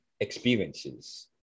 experiences